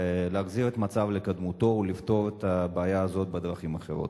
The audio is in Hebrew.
להחזיר את המצב לקדמותו ולפתור את הבעיה הזאת בדרכים אחרות.